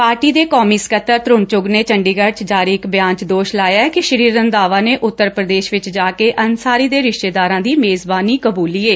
party ਦੇ ਕੋਮੀ ਸਕੱਤਰ ਤਰੁਣ ਚੁੱਘ ਨੇ ਚੰਡੀਗੜ 'ਚ ਜਾਰੀ ਇਕ ਬਿਆਨ 'ਚ ਦੋਸ਼ ਲਾਇਐ ਕਿ ਸ੍ਰੀ ਰੰਧਾਵਾ ਨੇ ਉਤਰ ਪ੍ਰਦੇਸ਼ ਵਿਚ ਜਾ ਕੇ ਅੰਸਾਰੀ ਦੇ ਰਿਸ਼ਤੇਦਾਰਾਂ ਦੀ ਮੇਜ਼ਬਾਨੀ ਕਬੂਲੀ ਏ